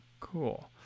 Cool